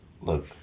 look